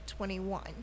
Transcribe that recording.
21